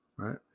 Right